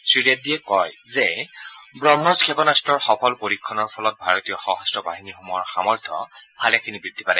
শ্ৰীৰেড্ডীয়ে কয় যে ব্ৰমাছ ক্ষেপনাস্তৰ সফল পৰীক্ষণৰ ফলত ভাৰতীয় সশস্ত বাহিনীসমূহৰ সামৰ্থ ভালেখিনি বৃদ্ধি পাব